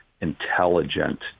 intelligent